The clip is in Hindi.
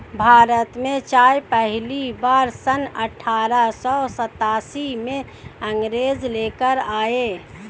भारत में चाय पहली बार सन अठारह सौ चौतीस में अंग्रेज लेकर आए